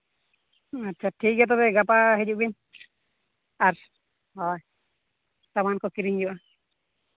ᱟᱪᱪᱷᱟ ᱴᱷᱤᱠ ᱜᱮᱭᱟ ᱛᱚᱵᱮ ᱜᱟᱯᱟ ᱦᱤᱡᱩᱜ ᱵᱤᱱ ᱟᱨ ᱥᱟᱢᱟᱱ ᱠᱚ ᱠᱤᱨᱤᱧ ᱦᱩᱭᱩᱜᱼᱟ